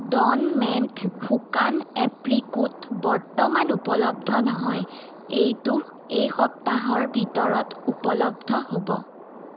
Don মেণ্ট শুকান apricot বৰ্তমান উপলব্ধ নহয় এইটো এই সপ্তাহৰ ভিতৰত উপলব্ধ হ'ব